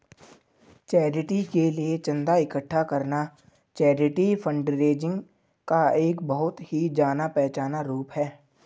charity के लिए चंदा इकट्ठा करना चैरिटी फंडरेजिंग का एक बहुत ही जाना पहचाना रूप है